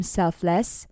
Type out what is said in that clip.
selfless